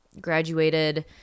graduated